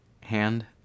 hand